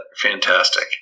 fantastic